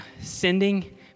sending